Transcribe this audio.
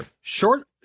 short